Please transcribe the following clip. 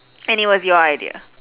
and it was your idea